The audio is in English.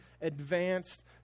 advanced